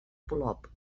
polop